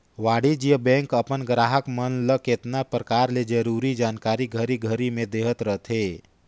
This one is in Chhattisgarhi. वाणिज्य बेंक अपन गराहक मन ल केतना परकार ले जरूरी जानकारी घरी घरी में देहत रथे